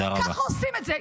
ככה עושים את זה.